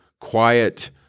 quiet